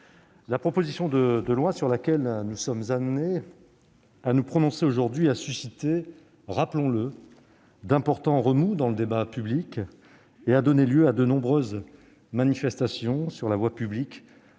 la proposition de loi sur laquelle nous sommes conduits à nous prononcer a suscité, rappelons-le, d'importants remous dans le débat public et donné lieu à de nombreuses manifestations sur la voie publique